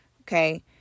okay